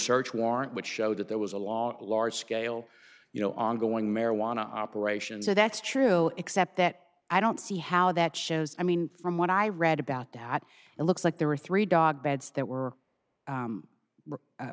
search warrant which showed that there was a lot of large scale you know ongoing marijuana operation so that's true except that i don't see how that shows i mean from what i read about that it looks like there were three dog beds that were